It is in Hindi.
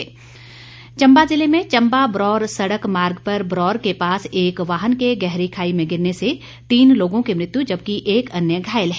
दुर्घटना चंबा ज़िले में चंबा बरौर सड़क मार्ग पर बरौर के पास एक वाहन के गहरी खाई में गिरने से तीन लोगों की मृत्यु जबकि एक अन्य घायल है